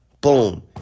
boom